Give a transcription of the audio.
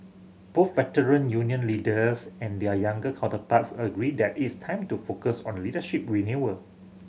both Veteran Union leaders and their younger counterparts agreed that it's time to focus on leadership renewal